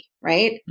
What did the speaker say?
right